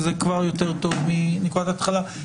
זה כבר יותר טוב מנקודת ההתחלה.